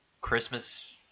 christmas